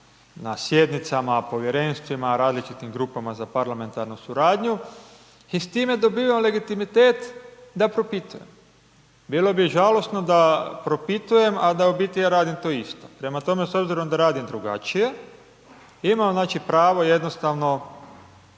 na sjednicama, povjerenstvima, različitim grupama za parlamentarnu suradnju i s time dobivam legitimitet da propitujem. Bilo bi žalosno da propitujem, a da u biti ja radim to isto. Prema tome, s obzirom da radim drugačije, imam, znači, pravo jednostavno